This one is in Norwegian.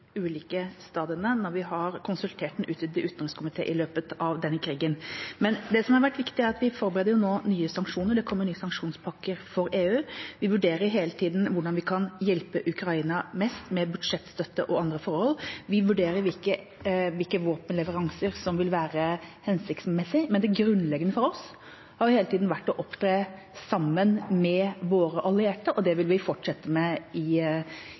ulike stadiene når vi har konsultert den utvidede utenrikskomité i løpet av denne krigen. Det som har vært viktig, er at vi nå forbereder nye sanksjoner. Det kommer nye sanksjonspakker fra EU. Vi vurderer hele tiden hvordan vi kan hjelpe Ukraina mest med budsjettstøtte og andre forhold. Vi vurderer hvilke våpenleveranser som vil være hensiktsmessige. Men det grunnleggende for oss har hele tiden vært å opptre sammen med våre allierte, og det vil vi fortsette med